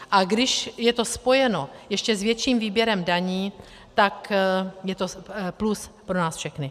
A když je to spojeno s ještě větším výběrem daní, tak je to plus pro nás všechny.